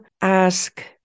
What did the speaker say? ask